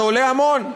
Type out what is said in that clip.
זה עולה המון.